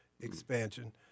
expansion